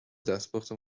دستپخت